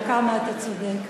סליחה.